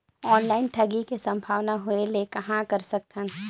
Online ठगी के संभावना होय ले कहां कर सकथन?